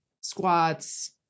Squats